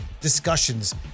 discussions